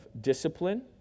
discipline